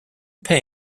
pay